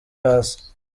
hasi